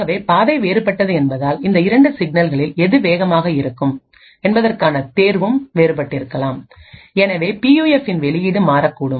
ஆகவேபாதை வேறுபட்டது என்பதால் இந்த இரண்டு சிக்னல்களில் எது வேகமாக இருக்கும் என்பதற்கான தேர்வும் வேறுபட்டிருக்கலாம் எனவே பி யூஎஃப்பின் வெளியீடும் மாறக்கூடும்